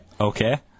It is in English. Okay